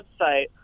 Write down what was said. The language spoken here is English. website